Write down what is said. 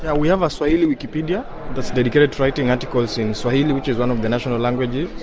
yeah we have a swahili wikipedia that's dedicated to writing articles in swahili, which is one of the national languages